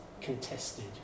contested